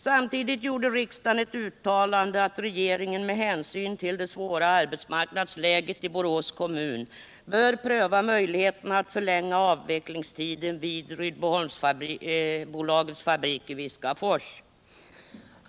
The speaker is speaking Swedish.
Samtidigt gjorde riksdagen ett uttalande att regeringen, med hänsyn till det svåra arbetsmarknadsläget i Borås kommun, borde pröva möjligheten att förlänga avvecklingstiden vid Rydboholmsbolagets fabrik i Viskafors.